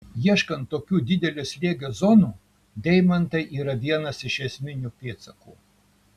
ieškant tokių didelio slėgio zonų deimantai yra vienas iš esminių pėdsakų